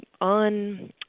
on